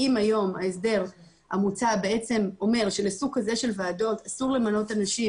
אם היום ההסדר המוצע אומר שלסוג כזה של ועדות אסור למנות אנשים,